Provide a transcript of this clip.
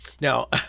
now